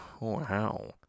Wow